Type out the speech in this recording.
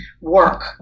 work